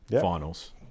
finals